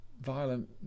violent